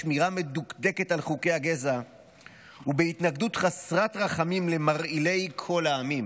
בשמירה מדוקדקת על חוקי הגזע ובהתנגדות חסרת רחמים למרעילי כל העמים"